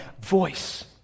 voice